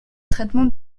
traitement